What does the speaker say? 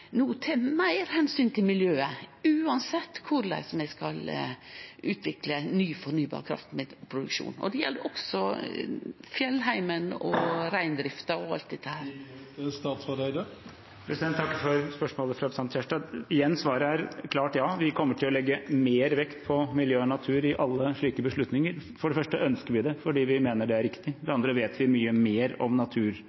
til miljøet, uansett korleis vi skal utvikle ny fornybar kraftproduksjon? Det gjeld også fjellheimen, reindrifta og alt dette. Jeg takker for spørsmålet fra representanten Kjerstad. Svaret er igjen et klart ja. Vi kommer til å legge mer vekt på miljø og natur i alle slike beslutninger. For det første ønsker vi det fordi vi mener det er riktig. For det